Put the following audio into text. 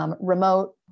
Remote